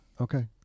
okay